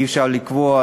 אי-אפשר לקבוע,